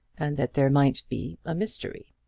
and that there might be a mystery.